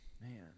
Man